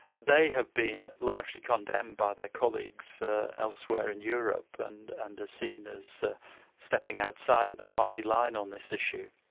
they have been largely condemned by their colleagues elsewhere in europe, and are and seen as stepping outside of the party line on this issue.